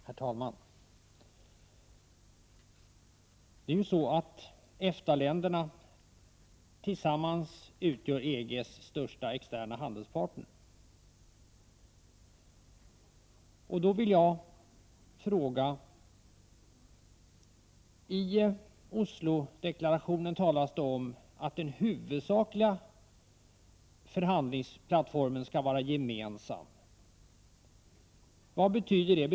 Herr talman! Det är ju så att EFTA-länderna tillsammans utgör EG:s största externa handelspartner. Jag vill därför fråga: I Oslodeklarationen talas det om att den huvudsakliga förhandlingsplattformen skall vara gemensam. Vad betyder det?